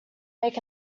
make